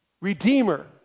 redeemer